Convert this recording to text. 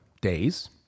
days